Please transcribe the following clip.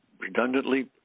redundantly